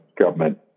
government